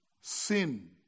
sin